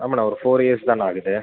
ஆமாண்ணே ஒரு ஃபோர் இயர்ஸ்தாண்ண ஆகுது